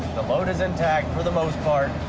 the load is intact for the most part.